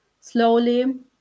slowly